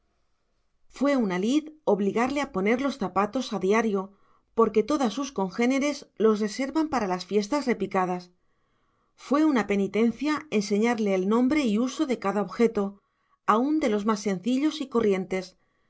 fue una lid obligarle a poner los zapatos a diario porque todas sus congéneres los reservan para las fiestas repicadas fue una penitencia enseñarle el nombre y uso de cada objeto aún de los más sencillos y corrientes